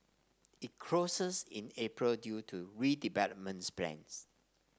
it closes in April due to redevelopments plans